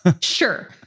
Sure